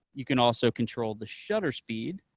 you can also control the shutter speed,